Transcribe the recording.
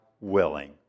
willing